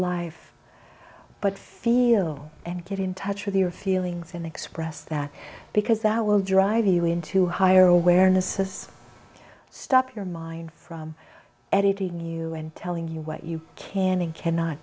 life but feel and get in touch with your feelings and express that because that will drive you into higher awareness is stop your mind from editing you and telling you what you can and cannot